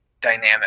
dynamic